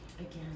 again